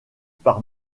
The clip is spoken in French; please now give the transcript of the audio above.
par